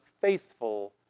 faithful